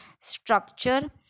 structure